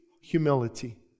humility